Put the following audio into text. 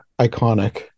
iconic